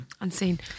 unseen